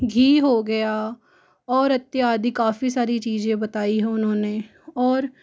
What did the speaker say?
घी हो गया और इत्यादि काफ़ी सारी चीज़ें बताई हैं उन्होंने और